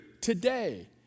today